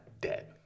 dead